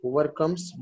Overcomes